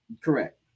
Correct